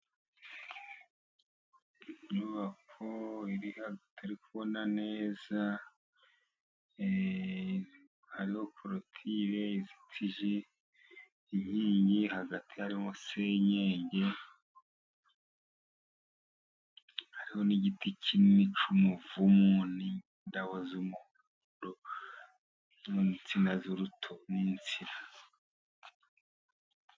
Inyubako iri ahantu tutari kubona neza hariho korotire izitijie inkingi hagati harimo senyenge hariho n'igiti kinini cy'umuvumu n' indabo z'umuhodo n'itsina z'uruto_n'insina.